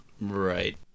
Right